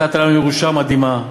נתת לנו ירושה מדהימה,